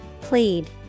Plead